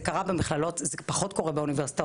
זה קרה במכללות וזה פחות קורה באוניברסיטאות,